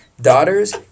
Daughters